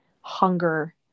hunger